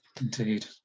Indeed